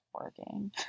working